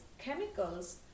chemicals